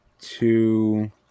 Two